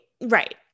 right